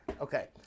okay